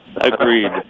Agreed